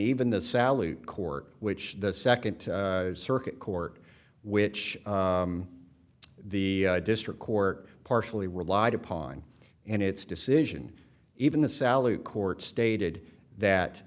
even the sally court which the second circuit court which the district court partially relied upon and its decision even the sally court stated that